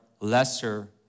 lesser